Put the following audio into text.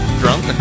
drunk